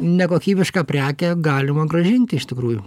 nekokybišką prekę galima grąžinti iš tikrųjų